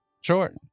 Sure